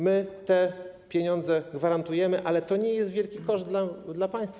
My te pieniądze gwarantujemy, ale to nie jest wielki koszt dla państwa.